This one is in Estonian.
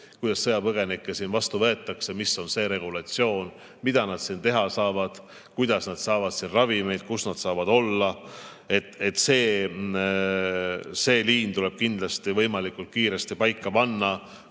kuidas sõjapõgenikke siin vastu võetakse, mis on see regulatsioon, mida nad siin teha saavad, kuidas nad saavad siin ravimeid, kus nad saavad olla. See liin tuleb kindlasti võimalikult kiiresti paika panna